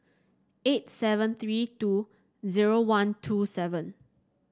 eight seven three two zero one two seven